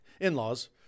In-Laws